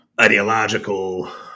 ideological